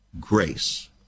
grace